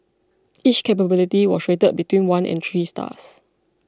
each capability was rated between one and three stars